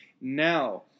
Now